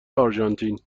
آرژانتین